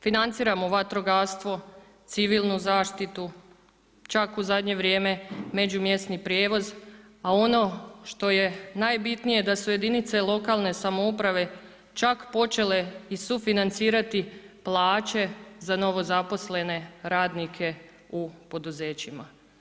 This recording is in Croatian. Financiramo vatrogastvo, civilnu zaštitu, čak u zadnje vrijeme međumjesni prijevoz a ono što je najbitnije da su jedinice lokalne samouprave čak počele i sufinancirati plaće za novozaposlene radnike u poduzećima.